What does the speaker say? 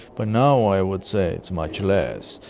but now i would say it's much less.